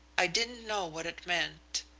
i didn't know what it meant.